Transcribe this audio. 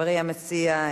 חברי המציע,